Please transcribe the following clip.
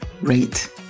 rate